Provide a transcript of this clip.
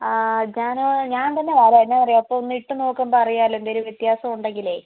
ഞാൻ ഞാൻ തന്നെ വരാം എന്താണെന്നറിയാമോ അപ്പോൾ ഒന്ന് ഇട്ടുനോക്കുമ്പോൾ അറിയാമല്ലോ എന്തെങ്കിലും വ്യത്യാസം ഉണ്ടെങ്കിലേ